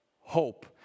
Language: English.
hope